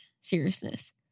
seriousness